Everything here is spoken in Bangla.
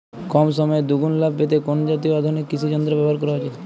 কম সময়ে দুগুন লাভ পেতে কোন জাতীয় আধুনিক কৃষি যন্ত্র ব্যবহার করা উচিৎ?